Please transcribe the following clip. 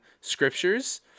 scriptures